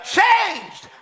changed